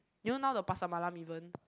you know now the Pasar Malam even